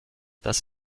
das